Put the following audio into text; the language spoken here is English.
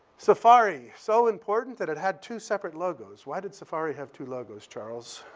safari so important that it had two separate logos. why did safari have two logos, charles?